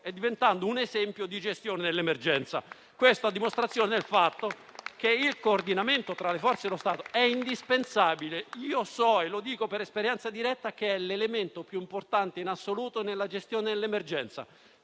diventando un esempio di gestione dell'emergenza. Dico questo a dimostrazione del fatto che il coordinamento tra le forze dello Stato è indispensabile. Io so - e lo dico per esperienza diretta - che è l'elemento più importante in assoluto nella gestione dell'emergenza,